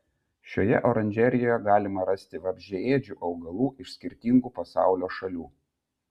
šioje oranžerijoje galima rasti vabzdžiaėdžių augalų iš skirtingų pasaulio šalių